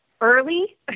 Early